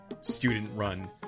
student-run